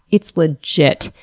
it's legit.